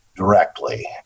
directly